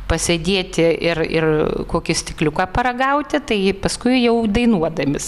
pasėdėti ir ir kokį stikliuką paragauti tai paskui jau dainuodami